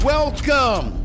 Welcome